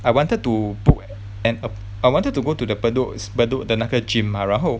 I wanted to book an app~ I wanted to go to the Bedok Bedok 的那个 gym mah 然后